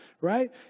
right